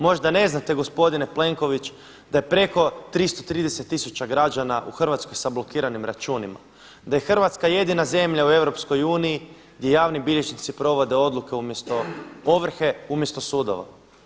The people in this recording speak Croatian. Možda ne znate gospodine Plenković da je preko 330 000 građana u Hrvatskoj sa blokiranim računima, da je Hrvatska jedina zemlja u EU gdje javni bilježnici provode odluke ovrhe umjesto sudova.